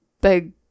big